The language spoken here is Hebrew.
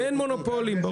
אין מונופולים.